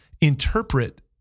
interpret